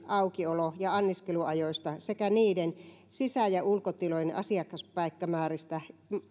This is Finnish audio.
aukiolo ja anniskeluajoista sekä niiden sisä ja ulkotilojen asiakaspaikkamääristä